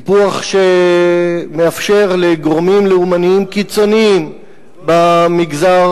קיפוח שמאפשר לגורמים לאומניים קיצוניים במגזר